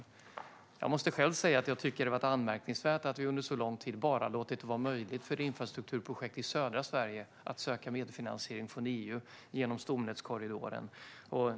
Jag måste säga att jag själv tycker att det är anmärkningsvärt att vi bara har låtit det vara möjligt för infrastrukturprojekt i södra Sverige att söka medfinansiering från EU genom stomnätskorridoren.